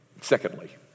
secondly